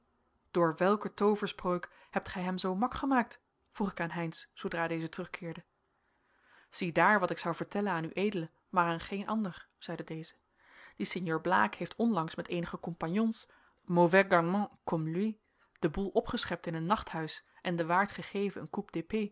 door welke tooverspreuk hebt gij hem zoo mak gemaakt vroeg ik aan heynsz zoodra deze terugkeerde ziedaar wat ik zou vertellen aan ued maar aan geen ander zeide deze die sinjeur blaek heeft onlangs met eenige compagnons mauvais garnemens comme lui den boel opgeschept in een nachthuis en den waard gegeven